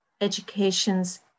Education's